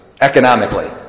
economically